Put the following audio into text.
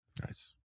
Nice